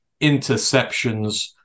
interceptions